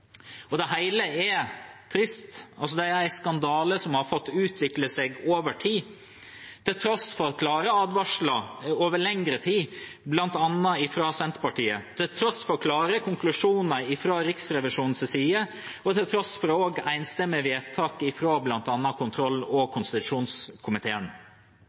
Det hele er trist. Det er en skandale som har fått utvikle seg over tid, til tross for klare advarsler over lengre tid bl.a. fra Senterpartiet, til tross for klare konklusjoner fra Riksrevisjonens side og til tross for også enstemmige vedtak fra bl.a. kontroll- og